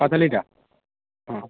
ପାତାଲିଟା